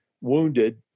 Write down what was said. wounded